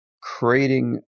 creating